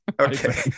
okay